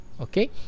Okay